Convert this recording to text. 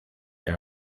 air